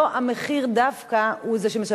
לא דווקא המחיר הוא זה שמשנה.